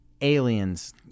aliens